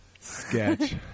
sketch